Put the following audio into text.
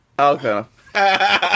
Okay